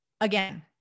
again